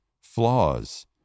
flaws